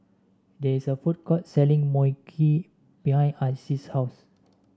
there is a food court selling Mui Kee behind Isis' house